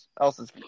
else's